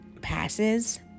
passes